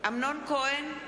אמנון כהן,